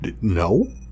no